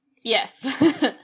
yes